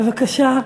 בבקשה,